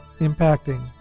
impacting